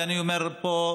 ואני אומר פה,